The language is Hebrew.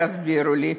תסבירו לי,